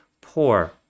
poor